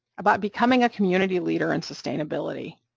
about becoming a community leader in sustainability,